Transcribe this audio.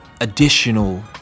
additional